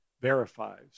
verifies